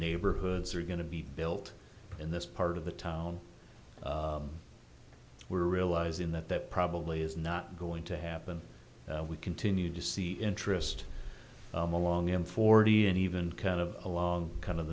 neighborhoods are going to be built in this part of the town we're realizing that that probably is not going to happen we continue to see interest long in forty and even kind of along kind of